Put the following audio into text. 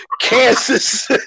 Kansas